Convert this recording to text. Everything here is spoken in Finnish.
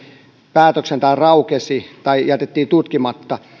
päätöksen tai raukesi tai jätettiin tutkimatta